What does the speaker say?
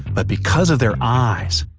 but because of their eyes.